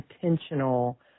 intentional